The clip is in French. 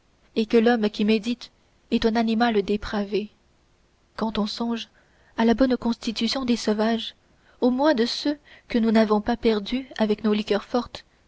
et que l'homme qui médite est un animal dépravé quand on songe à la bonne constitution des sauvages au moins de ceux que nous n'avons pas perdus avec nos liqueurs fortes